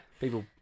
people